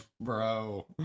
bro